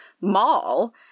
mall